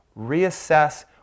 Reassess